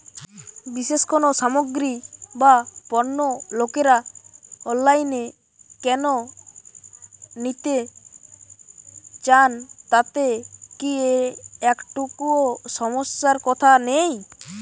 বিশেষ কোনো সামগ্রী বা পণ্য লোকেরা অনলাইনে কেন নিতে চান তাতে কি একটুও সমস্যার কথা নেই?